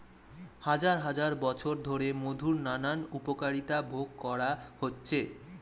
হাজার হাজার বছর ধরে মধুর নানান উপকারিতা ভোগ করা হচ্ছে